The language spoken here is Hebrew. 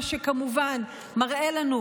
מה שכמובן מראה לנו,